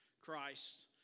Christ